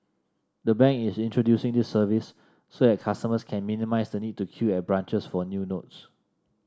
the bank is introducing this service so that customers can minimise the need to queue at branches for new notes